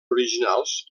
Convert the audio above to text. originals